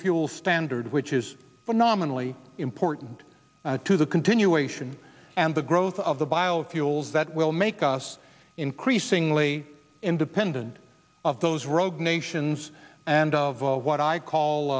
fuel standard which is phenomenally important to the continuation and the growth of the biofuels that will make us increasingly independent of those rogue nations and of what i call